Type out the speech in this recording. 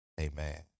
Amen